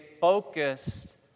focused